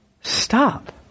Stop